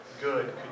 good